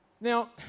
Now